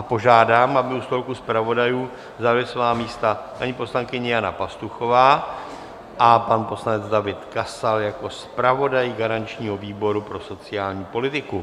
Požádám, aby u stolku zpravodajů zaujali svá místa paní poslankyně Jana Pastuchová a pan poslanec David Kasal jako zpravodaj garančního výboru pro sociální politiku.